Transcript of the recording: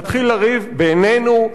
נתחיל לריב בינינו,